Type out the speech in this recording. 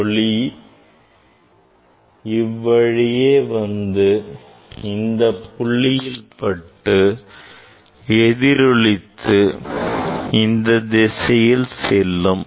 ஒளி இவ்வழியே வந்து இந்தப் புள்ளியில் பட்டு எதிரொளித்து இந்த திசையில் செல்லும்